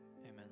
Amen